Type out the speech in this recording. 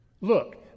Look